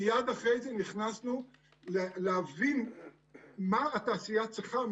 מייד אחרי זה נכנסנו להבין מה התעשייה צריכה,